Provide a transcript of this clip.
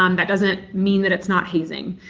um that doesn't mean that it's not hazing.